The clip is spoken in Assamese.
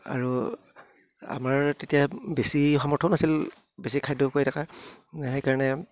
আৰু আমাৰ তেতিয়া বেছি সমৰ্থও নাছিল বেছি খাদ্য কৰি থকাৰ সেইকাৰণে